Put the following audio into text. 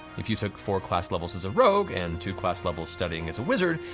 if you took four class levels as a rogue and two class levels studying as a wizard,